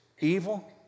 evil